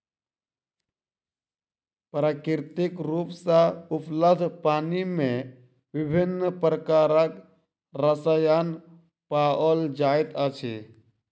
प्राकृतिक रूप सॅ उपलब्ध पानि मे विभिन्न प्रकारक रसायन पाओल जाइत अछि